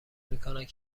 میکنند